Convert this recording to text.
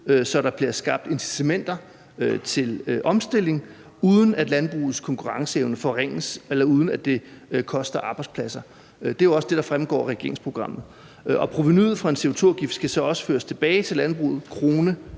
og der bliver skabt incitamenter til omstilling, uden at landbrugets konkurrenceevne forringes, eller uden at det koster arbejdspladser. Det er jo også det, der fremgår af regeringsprogrammet. Og provenuet fra en CO2-afgift skal så også føres tilbage til landbruget krone